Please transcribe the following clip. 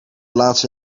laatste